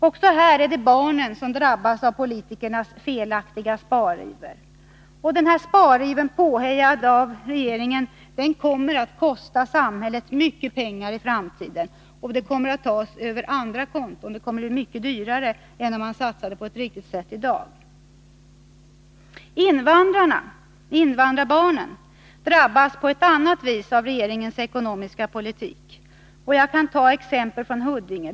Också här är det barnen som drabbas av politikernas felaktiga spariver. Denna spariver, påhejad av regeringen, kommer att kosta samhället mycket pengar, men det kommer att tas över andra konton och det kommer att bli mycket dyrare än om man satsade på ett riktigt sätt i dag. Invandrarbarnen drabbas på ett annat vis av regeringens ekonomiska politik. Jag kan ta ett exempel från Huddinge.